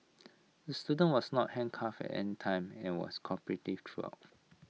the student was not handcuffed any time and was cooperative throughout